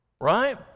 right